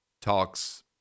talks